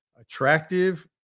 attractive